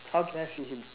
how can I see him